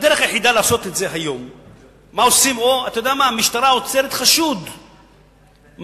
או במקרה שהמשטרה עוצרת חשוד,